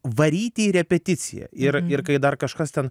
varyti į repeticiją ir ir kai dar kažkas ten